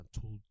told